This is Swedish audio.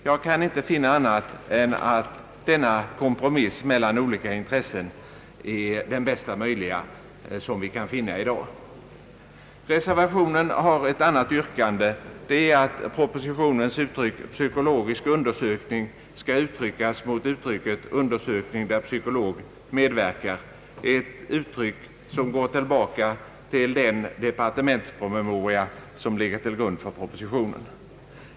Jag kan inte anse annat än att denna kompromiss mellan olika intressen är den bästa vi kan finna i dag. Reservationen har också ett annat yrkande, nämligen att propositionens uttryck »psykologisk undersökning» skall utbytas mot uttrycket »undersökning där psykolog medverkar». Detta uttryck går tillbaka till den departementspromemoria som legat till grund för propositionen.